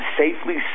safely